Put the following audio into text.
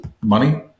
money